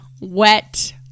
wet